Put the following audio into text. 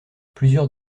plusieurs